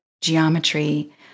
geometry